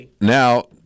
now